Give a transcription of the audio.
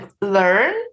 learn